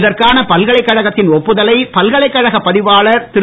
இதற்கான பல்கலைக்கழகத்தின் ஒப்புதலை பல்கலைக்கழக பதிவாளர் திரு